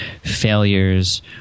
failures